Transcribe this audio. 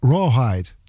Rawhide